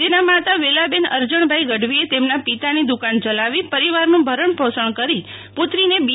તેના માતા વેલાબેન અરજણભાઈ ગઢવીએ તેમના પિતાની દુકાન ચલાવી પરિવારનું ભરણપોષણ કરી પુત્રીને બી